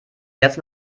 jetzt